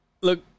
Look